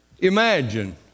Imagine